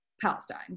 Palestine